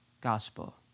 gospel